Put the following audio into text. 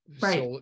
Right